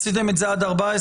עשיתם את זה עד 14,